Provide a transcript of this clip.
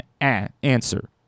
answer